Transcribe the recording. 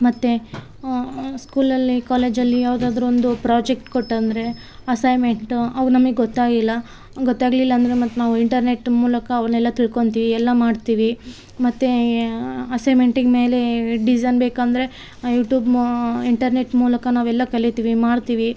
ಮತ್ತು ಸ್ಕೂಲಲ್ಲಿ ಕಾಲೇಜಲ್ಲಿ ಯಾವುದಾದ್ರು ಒಂದು ಪ್ರಾಜೆಕ್ಟ್ ಕೊಟ್ರು ಅಂದರೆ ಅಸೈಮೆಂಟ್ ಅವು ನಮಗ್ ಗೊತ್ತಾಯಿಲ್ಲ ಗೊತ್ತಾಗ್ಲಿಲ್ಲ ಅಂದರೆ ಮತ್ತು ನಾವು ಇಂಟರ್ನೆಟ್ ಮೂಲಕ ಅವನ್ನೆಲ್ಲಾ ತಿಳ್ಕೊತಿವಿ ಎಲ್ಲ ಮಾಡ್ತೀವಿ ಮತ್ತು ಹಸೆಮೆಂಟಿಂಗ್ ಮೇಲೇ ಡಿಸೈನ್ ಬೇಕಂದರೆ ಯುಟ್ಯೂಬ್ಮೊ ಇಂಟರ್ನೆಟ್ ಮೂಲಕ ನಾವು ಎಲ್ಲ ಕಲೀತೀವಿ ಮಾಡ್ತೀವಿ